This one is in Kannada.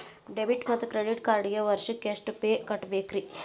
ಡೆಬಿಟ್ ಮತ್ತು ಕ್ರೆಡಿಟ್ ಕಾರ್ಡ್ಗೆ ವರ್ಷಕ್ಕ ಎಷ್ಟ ಫೇ ಕಟ್ಟಬೇಕ್ರಿ?